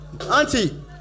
Auntie